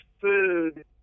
food